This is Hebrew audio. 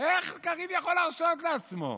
איך קריב יכול להרשות לעצמו?